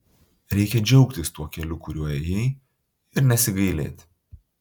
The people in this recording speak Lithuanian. reikia džiaugtis tuo keliu kuriuo ėjai ir nesigailėti